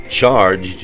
charged